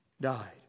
died